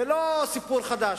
זה לא סיפור חדש.